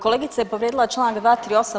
Kolegica je povrijedila čl. 238.